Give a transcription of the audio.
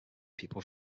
people